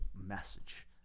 message